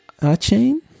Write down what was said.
Achain